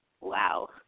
wow